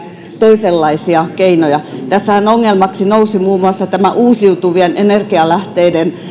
toisenlaisia keinoja tässähän ongelmaksi nousi muun muassa uusiutuvien energialähteiden